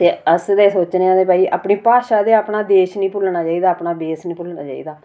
ते अस ते सोचने आं भाई अपनी भाषा ते अपना देश नी भुल्लना चाही दा अपना बेश नीं भुल्लना चाही दा